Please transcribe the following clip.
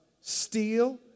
Steal